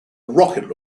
rocket